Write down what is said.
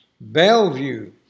Bellevue